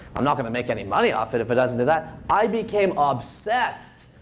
i'm not going to make any money off it if it doesn't do that. i became obsessed.